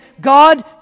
God